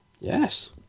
Yes